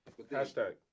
Hashtag